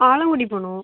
ஆலங்குடி போகணும்